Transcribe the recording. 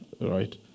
right